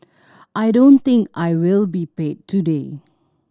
I don't think I will be paid today